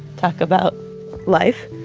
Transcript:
talk about life.